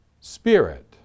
Spirit